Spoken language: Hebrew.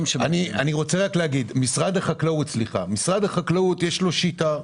למשרד החקלאות יש שיטה,